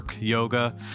yoga